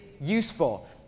useful